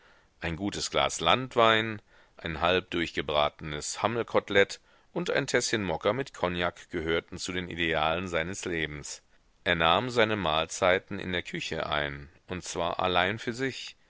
ein gutes glas landwein ein halb durchgebratenes hammelkotelett und ein täßchen mokka mit kognak gehörten zu den idealen seines lebens er nahm seine mahlzeiten in der küche ein und zwar allein für sich